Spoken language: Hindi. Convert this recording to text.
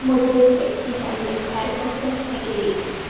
मुझे एक टैक्सी चाहिए एयरपोर्ट पहुँचने के लिए